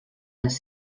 les